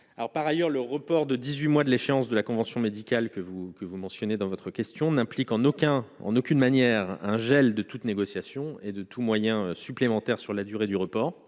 par ailleurs le report de 18 mois de l'échéance de la convention médicale que vous que vous mentionnez dans votre question n'implique en aucun en aucune manière un gel de toute négociation et de tout moyen supplémentaire sur la durée du report